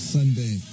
Sunday